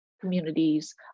communities